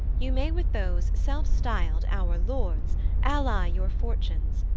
you may with those self-styled our lords ally your fortunes,